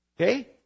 Okay